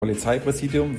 polizeipräsidium